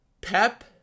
Pep